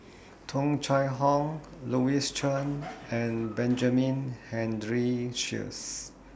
Tung Chye Hong Louis Chen and Benjamin Henry Sheares